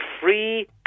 free